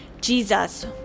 Jesus